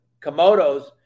Komodos